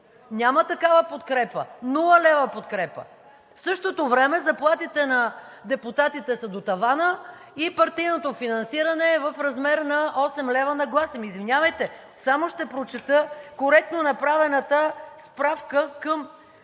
Няма такава подкрепа! Нула лева подкрепа! В същото време заплатите на депутатите са до тавана и партийното финансиране е в размер на 8 лв. на глас. Извинявайте, само ще прочета коректно направената справка към